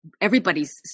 everybody's